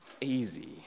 easy